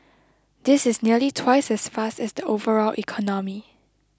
this is nearly twice as fast as the overall economy